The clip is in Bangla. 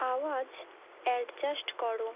আওয়াজ অ্যাডজাস্ট করো